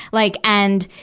like, and,